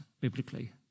biblically